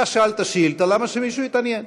אתה שאלת שאילתה, למה שמישהו יתעניין?